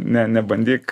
ne nebandyk